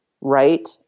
right